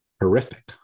horrific